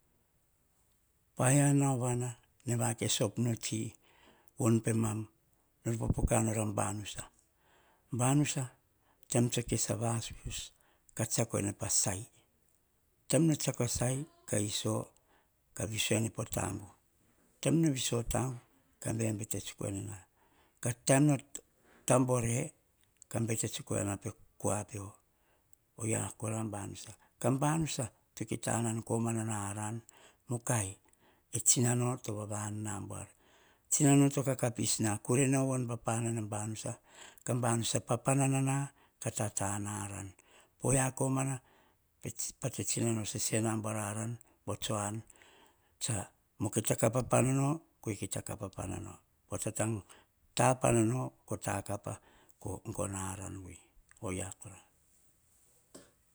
Paia nao vana, nene vakes op nu tsi, von pemam nor pooka nor, aba nusa. Bamunusa, tse kes va suss, ka tsiako en pa sai taim no tsiako a sai, ka iso ka viso en po toak. Taim no viso o tank, ka bebe te tsun ena. Ka taim no ta bore, ka bebe tsun ena, pe kua peo. Oyia kora banusa, ka banusa to kita anan komana aran, mukou, tsinano to vava an na buar. Tsinano to kaka pis na kure no von pa banusa ka banusa panana ka tatana aran. Po komana patse tsinano sese na buuar pa aram, ba tso an, tsa mukai ta kapa pana no, oyia tsa tank ta panino, ko takap ko gono a aran vei oyia kora.